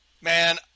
man